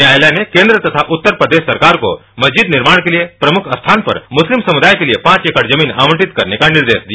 न्यायालय ने केन्द्र तथा उत्तार प्रदेश सरकार को मरिजद निर्माण के लिए प्रमुख स्थान पर मुस्तिम समुदाय के लिए पांच एकड़ जगीन आवंटित करने का निर्देश दिया